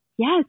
yes